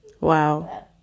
wow